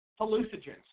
hallucinogens